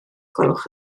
gwelwch